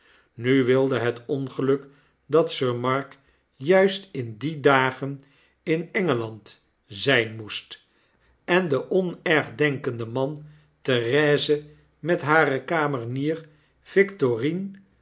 nu jlcwilde het ongeluk dat sir mark juist in die dagen in engeland zyn moest en de onergenkende man therese met hare kamenier vichotiine